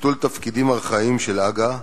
ביטול תפקידים ארכאיים של הג"א,